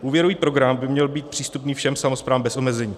Úvěrový program by měl být přístupný všem samosprávám bez omezení.